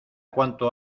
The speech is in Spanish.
cuánto